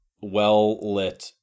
well-lit